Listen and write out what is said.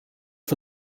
for